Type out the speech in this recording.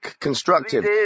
constructive